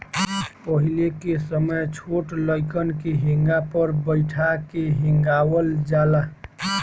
पहिले के समय छोट लइकन के हेंगा पर बइठा के हेंगावल जाला